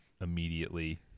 immediately